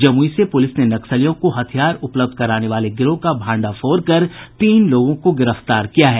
जमुई से पुलिस ने नक्सलियों को हथियार उपलब्ध कराने वाले गिरोह का भांडाफोड़ कर तीन लोगों को गिरफ्तार किया है